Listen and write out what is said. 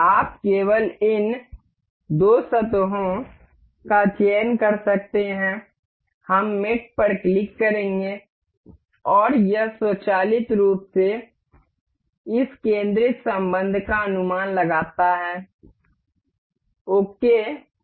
आप केवल इन दो सतहों का चयन कर सकते हैं हम मेट पर क्लिक करेंगे और यह स्वचालित रूप से इस केंद्रित संबंध का अनुमान लगाता है और ओके पर क्लिक करे